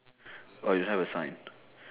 oh you don't have a sign